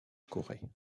corée